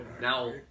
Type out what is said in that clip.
Now